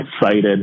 excited